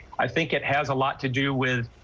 i think it has a lot to do with.